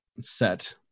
set